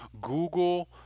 Google